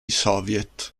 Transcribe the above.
soviet